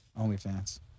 OnlyFans